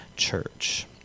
Church